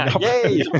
Yay